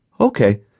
Okay